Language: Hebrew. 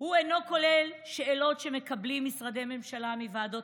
הוא אינו כולל שאלות שמקבלים משרדי הממשלה מוועדות